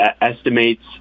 estimates